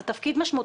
זה תפקיד משמעותי.